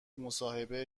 مصاحبه